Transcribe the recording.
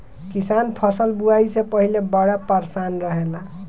किसान फसल बुआई से पहिले बड़ा परेशान रहेला